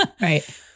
Right